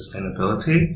sustainability